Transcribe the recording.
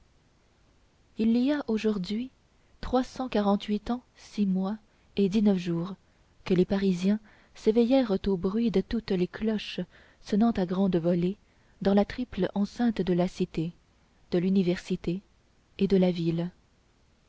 il y a aujourd'hui trois cent quarante-huit ans six mois et dix-neuf jours que les parisiens s'éveillèrent au bruit de toutes les cloches sonnant à grande volée dans la triple enceinte de la cité de l'université et de la ville